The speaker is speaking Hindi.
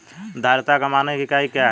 धारिता का मानक इकाई क्या है?